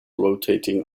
rotating